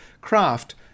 craft